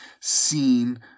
seen